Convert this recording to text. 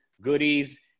goodies